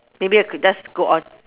maybe I could just go on